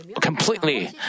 completely